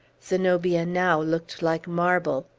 zenobia now looked like marble.